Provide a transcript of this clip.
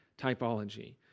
typology